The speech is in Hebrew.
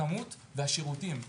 כמות והשירותים.